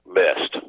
best